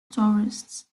tourists